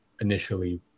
initially